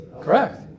Correct